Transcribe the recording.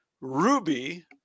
ruby